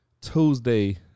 Tuesday